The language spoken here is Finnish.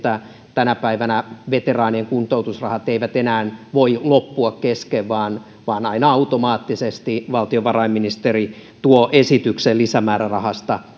tänä päivänä veteraanien kuntoutusrahat eivät enää voi loppua kesken vaan vaan aina automaattisesti valtiovarainministeri tuo esityksen lisämäärärahasta